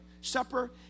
supper